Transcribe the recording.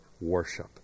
worship